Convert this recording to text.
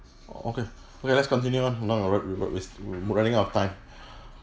okay okay let's continue on not a lot waste running out of time